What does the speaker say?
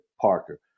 Parker